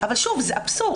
אבל שוב, זה אבסורד.